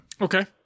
Okay